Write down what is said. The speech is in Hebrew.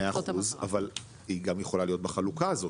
מאה אחוז, אבל היא גם יכולה להיות בחלוקה הזאת.